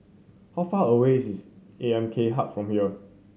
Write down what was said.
how far away is A M K Hub from here